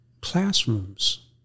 classrooms